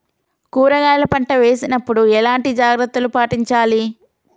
కూరగాయల పంట వేసినప్పుడు ఎలాంటి జాగ్రత్తలు పాటించాలి?